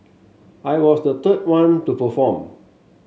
I was the third one to perform